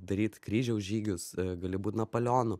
daryt kryžiaus žygius gali būt napoleonu